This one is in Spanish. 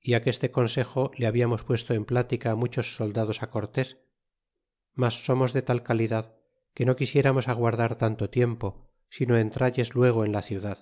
y aqueste consejo le habiamos puesto en pltica muchos soldados cortés mas somos de tal calidad que no quisieramos aguardar tanto tiempo sino entralles luego en la ciutlad